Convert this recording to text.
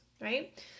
right